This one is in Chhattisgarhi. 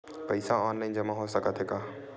पईसा ऑनलाइन जमा हो साकत हे का?